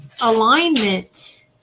alignment